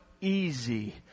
easy